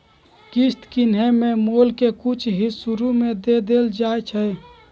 किस्त किनेए में मोल के कुछ हिस शुरू में दे देल जाइ छइ